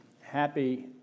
happy